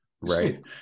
Right